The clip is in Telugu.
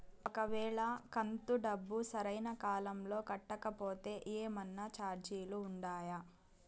ఒక వేళ కంతు డబ్బు సరైన కాలంలో కట్టకపోతే ఏమన్నా చార్జీలు ఉండాయా?